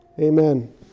Amen